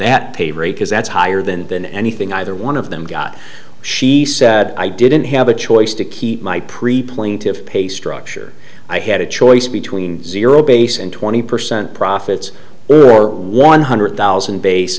that pay rate because that's higher than than anything either one of them got she said i didn't have a choice to keep my pre plaintive pay structure i had a choice between zero base and twenty percent profits or one hundred thousand base